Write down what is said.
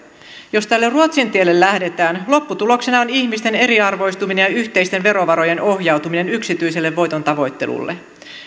jos tälle ruotsin tielle lähdetään lopputuloksena on ihmisten eriarvoistuminen ja yhteisten verovarojen ohjautuminen yksityiselle voiton tavoittelulle